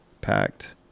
Packed